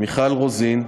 מיכל רוזין,